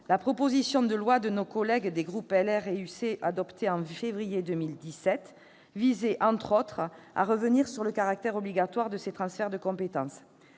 la proposition de loi de nos collègues des groupes Les Républicains et Union Centriste, adoptée en février 2017, visait, entre autres, à revenir sur le caractère obligatoire de ces transferts de compétences.